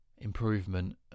improvement